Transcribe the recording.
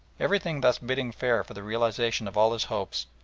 everything thus bidding fair for the realisation of all his hopes,